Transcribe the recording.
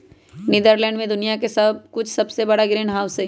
Netherlands में दुनिया के कुछ सबसे बड़ा ग्रीनहाउस हई